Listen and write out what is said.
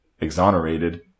exonerated